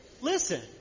Listen